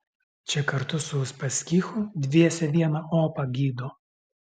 čia kartu su uspaskichu dviese vieną opą gydo